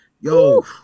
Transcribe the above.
Yo